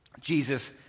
Jesus